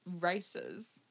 races